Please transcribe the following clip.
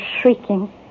shrieking